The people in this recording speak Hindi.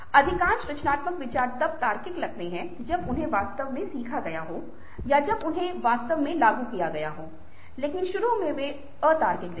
अधिकांश रचनात्मक विचार तब तार्किक लगते हैं जब उन्हें वास्तव में सीखा गया हो या जब उन्हें वास्तव में लागू किया गया हो लेकिन शुरू में वे अतार्किक दिखते हैं